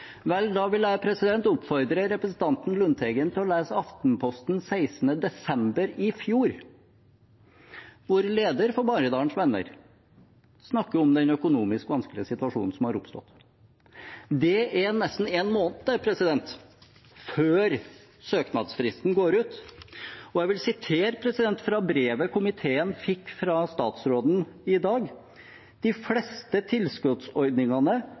Da vil jeg oppfordre representanten Lundteigen til å lese Aftenposten den 16. desember i fjor, der lederen for Maridalens Venner snakker om den økonomisk vanskelige situasjonen som har oppstått. Det er nesten én måned før søknadsfristen går ut. Jeg vil sitere fra brevet som komiteen fikk fra statsråden i dag: De fleste tilskuddsordningene